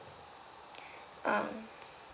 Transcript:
mm